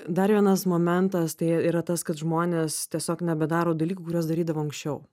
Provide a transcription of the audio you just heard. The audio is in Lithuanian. dar vienas momentas tai yra tas kad žmonės tiesiog nebedaro dalykų kuriuos darydavo anksčiau